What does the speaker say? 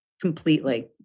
completely